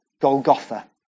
Golgotha